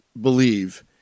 believe